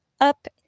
up